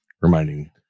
Reminding